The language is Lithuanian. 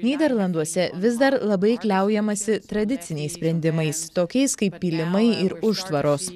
nyderlanduose vis dar labai kliaujamasi tradiciniais sprendimais tokiais kaip pylimai ir užtvaros